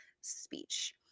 Speech